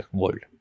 world